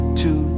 two